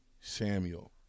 Samuel